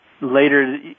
later